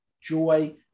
joy